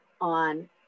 on